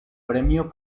premio